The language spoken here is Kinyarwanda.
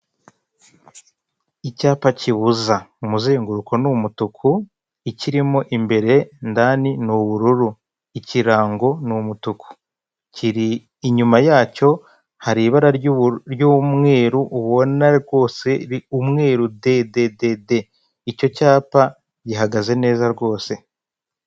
Icyapa kibuza . Umuzenguruko ni umutuku ikirimo imbere ndani ni ubururu, ikirango n'umutuku kiri inyuma yacyo hari ibara' ry'umweru ubona rwose umweru dededede, icyo cyapa gihagaze neza rwose.